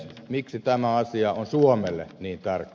miksi tämä asia on suomelle niin tärkeä